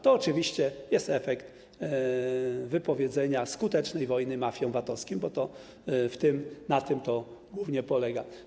To oczywiście jest efekt wypowiedzenia skutecznej wojny mafiom VAT-owskim, bo na tym to głównie polega.